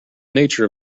nature